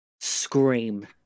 scream